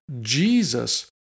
Jesus